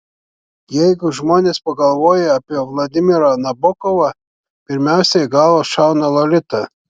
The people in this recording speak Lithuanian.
jeigu žmonės pagalvoja apie vladimirą nabokovą pirmiausia į galvą šauna lolita